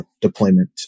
deployment